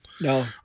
no